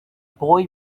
boy